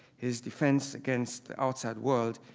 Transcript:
his defense against the outside world,